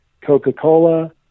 Coca-Cola